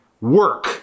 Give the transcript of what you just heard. work